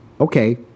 Okay